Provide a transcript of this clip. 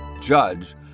judge